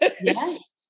Yes